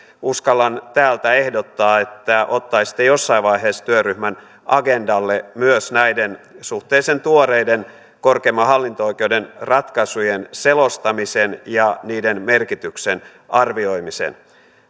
uskallan täältä ehdottaa että ottaisitte jossain vaiheessa työryhmän agendalle myös näiden suhteellisen tuoreiden korkeimman hallinto oikeuden ratkaisujen selostamisen ja niiden merkityksen arvioimisen